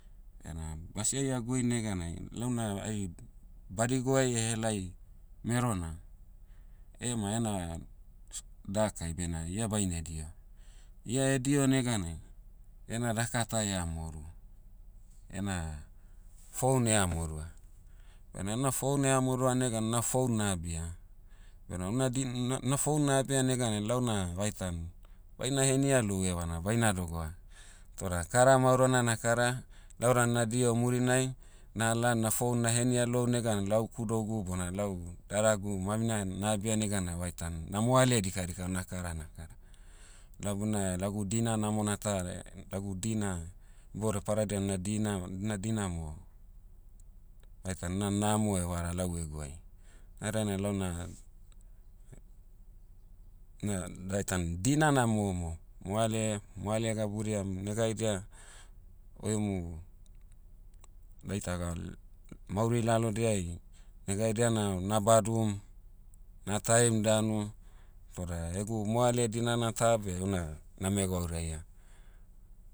Bena basi'ai a'gui neganai launa ai, badiguai helai merona, ema ena s- dakai bena, ia baine diho. Ia diho neganai, ena daka ta ia moru, ena, foun eha morua. Bena ena foun eha morua negan na foun na'abia. Bena una din- na- na foun na'abia naganai launa vaitan, baina henia lou ievana baina dogoa. Toda kara maoro'na na'kara, lau dan na diho murinai, nala na foun na'henia lou neganai lau kudougu bona lau daragu mamina na'abia neganai vaitan na'moale dikadika una kara na'kara. Lau buna lagu dina namona ta, lagu dina, iboudiai padadia una dina- una dina mo, vaitan na namo vara lau egu'ai. Na dainai launa, na, vaitan dina na momo, moale- moale gabudiam nega haidia, oi emu, daitaga, mauri lalodiai, nega haidia na na'badum, na'taim danu, toda egu moale dinana ta beh una, name gwauraia.